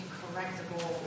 correctable